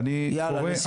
יאללה לסיכום.